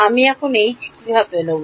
আমি এখন কীভাবে নেব